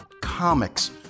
comics